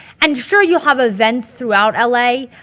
and sure you'll have events throughout l a,